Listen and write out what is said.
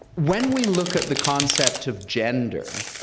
when we look at the concept of gender,